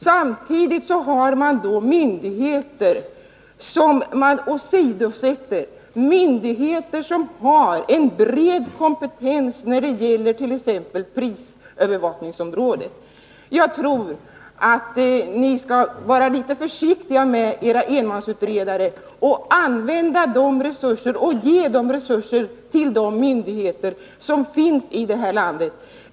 Samtidigt finns det myndigheter som man åsidosätter — myndigheter som har bred kompetens när det gäller t.ex. prisövervakningsområdet. Jag tror att ni skall vara litet försiktiga med era enmansutredare och i stället ge resurser till och använda de myndigheter som finns i detta land.